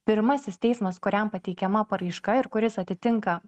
pirmasis teismas kuriam pateikiama paraiška ir kuris atitinka